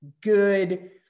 good